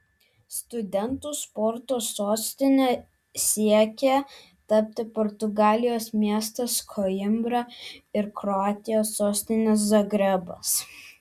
studentų sporto sostine siekia tapti portugalijos miestas koimbra ir kroatijos sostinė zagrebas